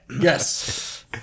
Yes